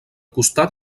costat